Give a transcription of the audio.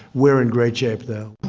we're in great shape, though.